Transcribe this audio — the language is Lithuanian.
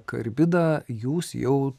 karbidą jūs jau